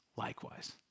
likewise